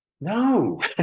no